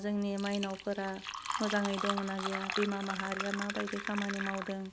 जोंनि माइनावफोरा मोजाङै दङ ना गैया बिमा माहारिया मा बायदि खामानि मावदों